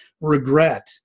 regret